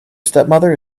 stepmother